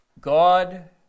God